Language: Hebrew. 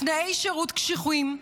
תנאי שירות קשוחים,